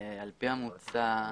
על פי המוצע,